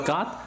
God